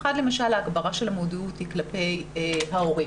אחד, למשל, ההגברה של המודעות היא כלפי ההורים.